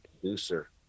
producer